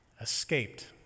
escaped